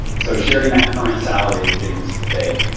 so sharing that current salary is a big mistake.